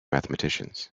mathematicians